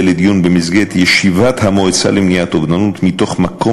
לדיון במסגרת ישיבת המועצה למניעת אובדנות מתוך רצון